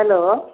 hello